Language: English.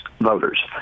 voters